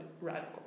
radical